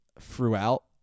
throughout